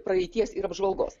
praeities ir apžvalgos